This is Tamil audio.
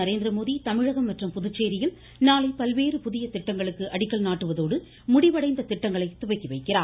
நரேந்திரமோதி தமிழகம் மற்றும் புதுச்சேரியில் நாளை பல்வேறு புதிய திட்டங்களுக்கு அடிக்கல் நாட்டுவதோடு முடிவடைந்த திட்டங்களை துவக்கிவைக்கிறார்